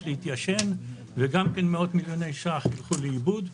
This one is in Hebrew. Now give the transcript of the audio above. להתיישן וגם כן מאות מיליוני שקלים ילכו לאיבוד.